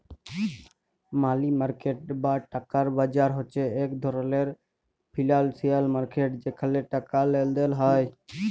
মালি market বা টাকার বাজার হছে ইক ধরলের ফিল্যালসিয়াল মার্কেট যেখালে টাকার লেলদেল হ্যয়